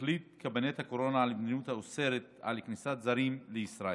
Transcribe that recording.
החליט קבינט הקורונה על מדיניות האוסרת כניסת זרים לישראל.